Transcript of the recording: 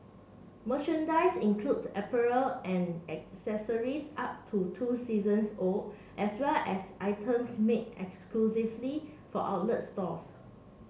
merchandise includes apparel and accessories up to two seasons old as well as items made exclusively for outlets stores